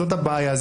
זאת הבעיה.